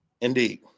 Indeed